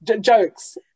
jokes